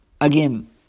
again